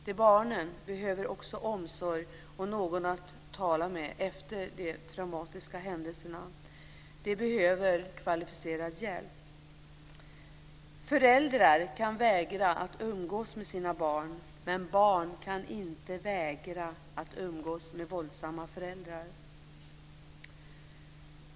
De barnen behöver också omsorg och någon att tala med efter de traumatiska händelserna. De behöver kvalificerad hjälp. Föräldrar kan vägra att umgås med sina barn, men barn kan inte vägra att umgås med våldsamma föräldrar.